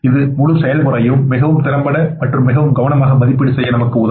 இது முழு செயல்முறையையும் மிகவும் திறம்பட மற்றும் மிகவும் கவனமாக மதிப்பீடு செய்ய நமக்கு உதவும்